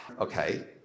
Okay